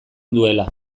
duela